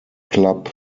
club